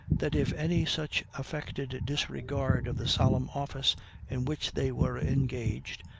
that if any such affected disregard of the solemn office in which they were engaged,